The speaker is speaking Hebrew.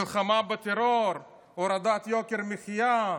מלחמה בטרור, הורדת יוקר המחיה,